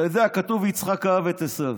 אתה יודע, כתוב: יצחק אהב את עשו.